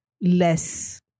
less